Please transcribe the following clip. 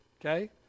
Okay